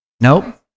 Nope